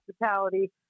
hospitality